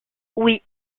oui